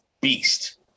beast